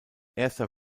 erster